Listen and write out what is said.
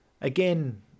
Again